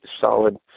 solid